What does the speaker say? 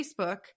Facebook